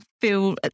feel